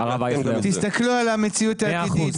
ג"ר: תסתכלו על המציאות העתידית: